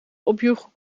opjoegen